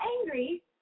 angry